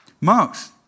Marx